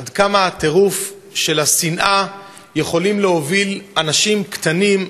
עד כמה הטירוף של השנאה יכול להוביל אנשים קטנים,